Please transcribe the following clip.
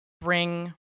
bring